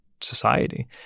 society